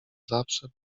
zawsze